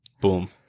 Boom